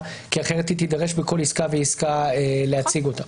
כי אחרת היא תידרש בכל עסקה ועסקה להציג אותן.